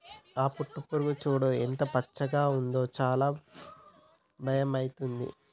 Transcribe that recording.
ఆ పట్టుపురుగు చూడు ఎంత పచ్చగా ఉందో చాలా భయమైతుంది